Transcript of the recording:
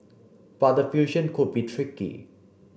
but the fusion could be tricky